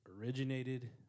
originated